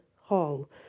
hall